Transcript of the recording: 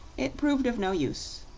it proved of no use.